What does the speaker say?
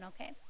okay